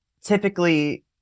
typically